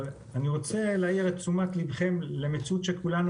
אבל אני רוצה להעיר את תשומת לבכם למציאות שכולנו